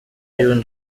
yunze